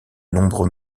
nombreux